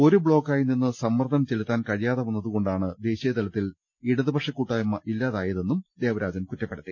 ഒരു ബ്ലോക്കായി നിന്ന് സമ്മർദ്ദംം ചെലുത്താനാകാത്തതുകൊണ്ടാണ് ദേശീയതലത്തിൽ ഇടതുപക്ഷ കൂട്ടായ്മ ഇല്ലാതാ യതെന്ന് ദേവരാജൻ കുറ്റപ്പെ ടുത്തി